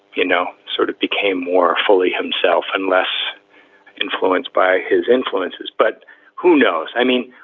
you know, sort of became more fully himself and less influenced by his influences. but who knows? i mean,